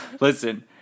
Listen